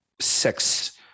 sex